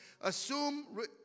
assume